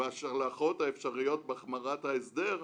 וההשלכות האפשריות בהחמרת ההסדר,